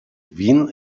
wien